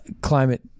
climate